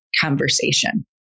conversation